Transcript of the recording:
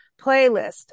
playlist